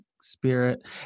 Spirit